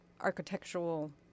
architectural